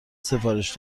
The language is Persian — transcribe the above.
سفارش